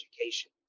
education